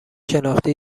شناختی